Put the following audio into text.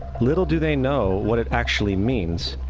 little do they know what it actually means.